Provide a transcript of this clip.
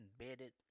embedded